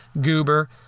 goober